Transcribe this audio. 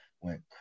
Went